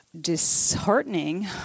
disheartening